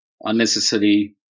unnecessary